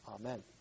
Amen